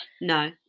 No